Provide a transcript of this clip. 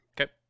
Okay